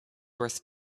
worth